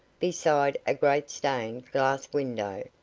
beside a great stained-glass window,